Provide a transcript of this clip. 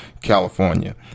California